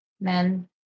men